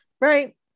Right